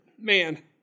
Man